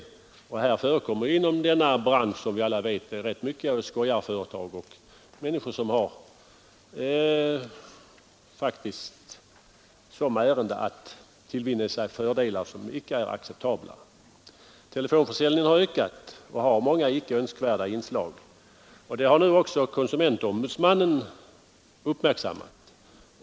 Som alla vet förekommer det en hel del skojarföretag i den bransch det här gäller, och många människor är ute efter att tillvinna sig icke acceptabla fördelar. Telefonförsäljningen har som sagt ökat, och den har många icke önskvärda inslag. Detta har också konsumentombudsmannen uppmärksammat.